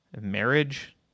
Marriage